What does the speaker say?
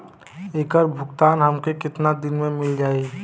ऐकर भुगतान हमके कितना दिन में मील जाई?